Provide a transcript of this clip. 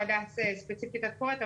פסולת של מוצרים חשמליים,